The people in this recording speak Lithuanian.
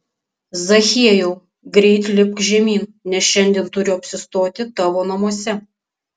zachiejau greit lipk žemyn nes šiandien turiu apsistoti tavo namuose